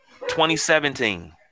2017